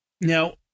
Now